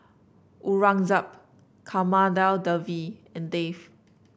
Aurangzeb Kamaladevi and Dev